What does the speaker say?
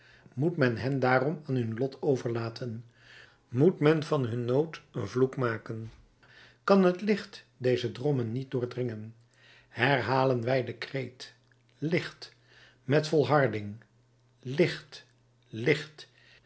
moet men hen daarom aan hun lot overlaten moet men van hun nood een vloek maken kan het licht deze drommen niet doordringen herhalen wij den kreet licht met volharding licht licht